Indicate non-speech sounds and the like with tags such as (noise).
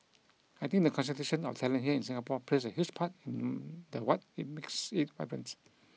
I think the concentration of talent here in Singapore plays a huge part (hesitation) the what makes it vibrant